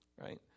Right